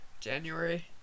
January